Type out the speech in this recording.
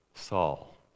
Saul